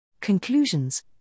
Conclusions